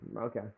Okay